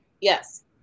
Yes